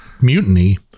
mutiny